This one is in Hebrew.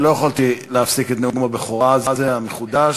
לא יכולתי להפסיק את נאום הבכורה הזה, המחודש.